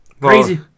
crazy